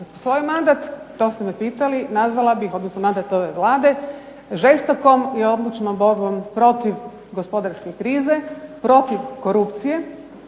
Svoj mandat to ste me pitali, nazvala bih, odnosno mandat ove Vlade žestokom i odlučnom borbom protiv gospodarske krize, protiv korupcije